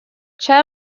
cha